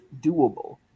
doable